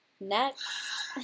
Next